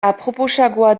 aproposagoa